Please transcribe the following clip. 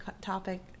topic